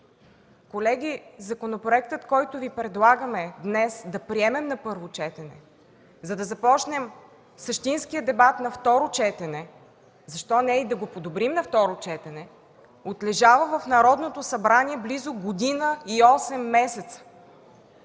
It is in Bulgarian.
Колеги, законопроектът, който Ви предлагаме да приемем днес на първо четене, за да започнем същинския дебат на второ четене, защо не и да го подобрим на второ четене, отлежава в Народното събрание близо година и 8 месеца.